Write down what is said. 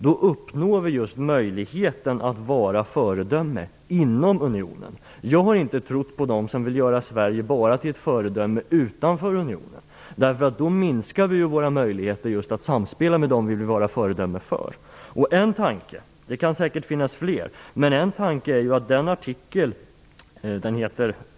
Då uppnår vi målet att vara föredömen inom unionen. Jag har inte trott på dem som vill göra Sverige till ett föredöme utanför unionen. Då skulle ju våra möjligheter att samspela med dem som vi vill vara föredöme för minska. En tanke - det kan säkert finnas fler - återfinns i art.